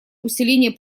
усиления